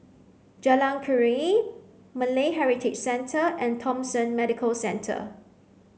Jalan Keruing Malay Heritage Centre and Thomson Medical Centre